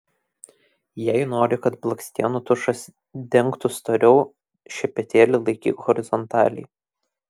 jei nori kad blakstienų tušas dengtų storiau šepetėlį laikyk horizontaliai